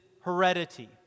heredity